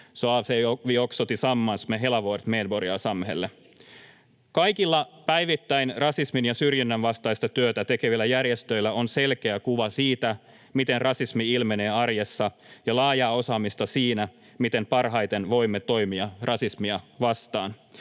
Kaikilla päivittäin rasismin ja syrjinnän vastaista työtä tekevillä järjestöillä on selkeä kuva siitä, miten rasismi ilmenee arjessa, ja laajaa osaamista siinä, miten parhaiten voimme toimia rasismia vastaan.